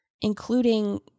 including